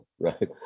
right